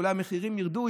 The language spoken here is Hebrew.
אולי המחירים ירדו,